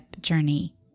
journey